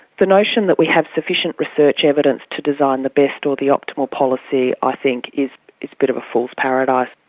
the notion that we have sufficient research evidence to design the best or the optimal policy i think is a bit of a fool's paradise.